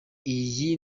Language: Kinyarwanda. iyi